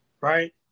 right